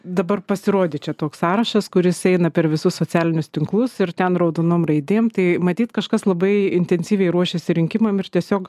dabar pasirodė čia toks sąrašas kuris eina per visus socialinius tinklus ir ten raudonom raidėm tai matyt kažkas labai intensyviai ruošiasi rinkimam ir tiesiog